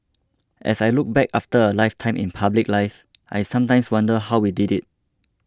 as I look back after a lifetime in public life I sometimes wonder how we did it